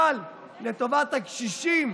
אבל לטובת הקשישים,